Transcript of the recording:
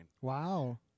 Wow